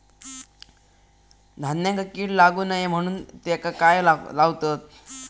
धान्यांका कीड लागू नये म्हणून त्याका काय लावतत?